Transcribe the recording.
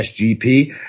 SGP